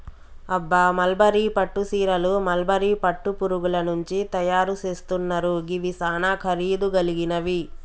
అబ్బ మల్బరీ పట్టు సీరలు మల్బరీ పట్టు పురుగుల నుంచి తయరు సేస్తున్నారు గివి సానా ఖరీదు గలిగినవి